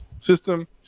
system